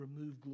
remove